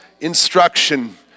instruction